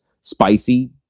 spicy